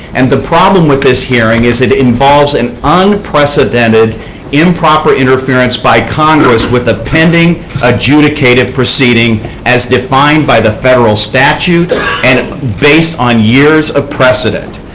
and the problem with this hearing is it involves an unprecedented improper interference by congress with a pending adjudicative proceeding as defined by the federal statute and based on years of precedent.